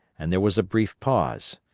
and there was a brief pause,